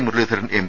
Muraleedharan M